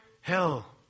hell